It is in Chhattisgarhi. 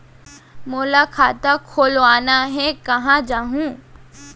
मोला खाता खोलवाना हे, कहाँ जाहूँ?